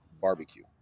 barbecue